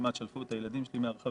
כמעט שלפו את הילדים שלי מהרכב.